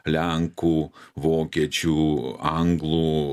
lenkų vokiečių anglų